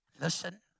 Listen